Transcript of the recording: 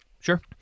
Sure